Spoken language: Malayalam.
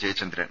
ജയചന്ദ്രൻ